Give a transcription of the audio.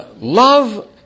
Love